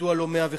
מדוע לא 81?